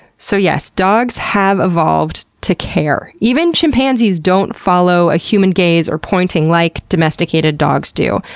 so yes, dogs have evolved to care. even chimpanzees don't follow a human gaze or pointing like domesticated dogs do.